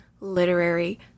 literary